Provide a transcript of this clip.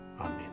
Amen